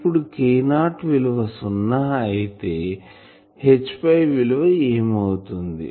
ఇప్పుడు K0 విలువ సున్నా అయితే Hϕ విలువ ఏమి అవుతుంది